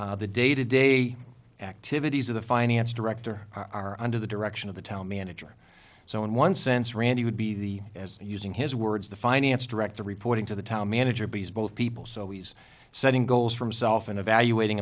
the day to day activities of the finance director are under the direction of the town manager so in one sense randy would be the as using his words the finance director reporting to the town manager because both people so he's setting goals from self and evaluating